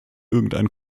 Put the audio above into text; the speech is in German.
irgendein